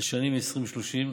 לשנת 2030,